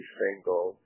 single